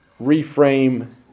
reframe